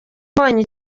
mbonye